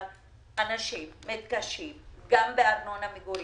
אבל אנשים מתקשים גם בארנונה למגורים,